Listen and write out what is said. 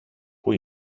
πού